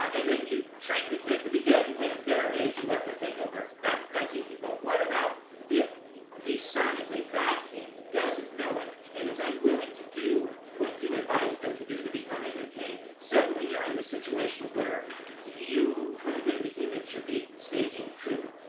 and then you train the kid to be good, and when they're of age you let them take over. that's that's easy. but what about if the son is a bad king, doesn't know it, and is unwilling to do what you advise them to do to become a good king? suddenly you're in this situation where you, for the good of the kingdom, should be staging a coup,